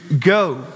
go